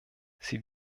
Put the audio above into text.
sie